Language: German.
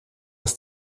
das